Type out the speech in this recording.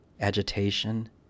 agitation